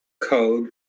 code